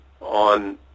on